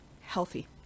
healthy